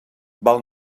val